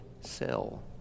cell